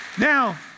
Now